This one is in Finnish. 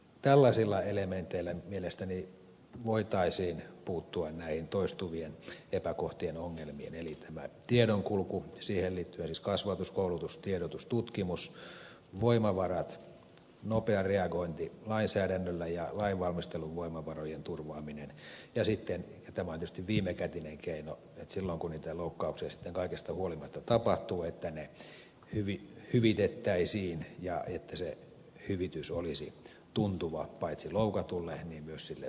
tällaisilla elementeillä mielestäni voitaisiin puuttua näihin toistuvien epäkohtien ongelmiin eli tämä tiedonkulku siihen liittyen siis kasvatus koulutus tiedotus tutkimus voimavarat nopea reagointi lainsäädännöllä ja lainvalmistelun voimavarojen turvaaminen ja sitten ja tämä on tietysti viimekätinen keino että silloin kun niitä loukkauksia sitten kaikesta huolimatta tapahtuu ne hyvitettäisiin ja se hyvitys olisi tuntuva paitsi loukatulle myös sille viranomaiselle